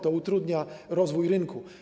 To utrudnia rozwój rynku.